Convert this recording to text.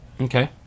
okay